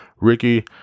Ricky